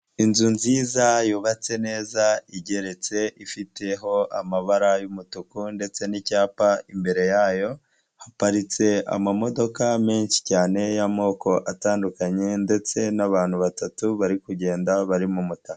Inzu nziza yubatse neza, igeretse, ifiteho amabara y'umutuku ndetse n'icyapa imbere yayo, haparitse amamodoka menshi cyane y'amoko atandukanye ndetse n'abantu batatu bari kugenda, bari mu mutaka.